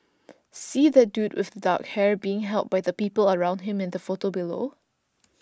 see that dude with the dark hair being helped by the people around him in the photo below